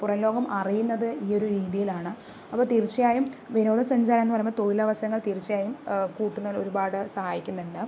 പുറംലോകം അറിയുന്നത് ഈ ഒരു രീതിയിലാണ് അപ്പോൾ തീർച്ചയായും വിനോദസഞ്ചാരമെന്ന് പറയുമ്പോൾ തൊഴിലവസരങ്ങൾ തീർച്ചയായും കൂട്ടുന്നതിൽ ഒരുപാട് സഹായിക്കുന്നുണ്ട്